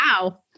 wow